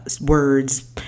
words